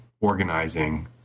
organizing